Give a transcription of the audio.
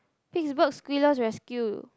this is what squirrel rescue